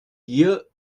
gier